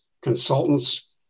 consultants